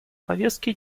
повестке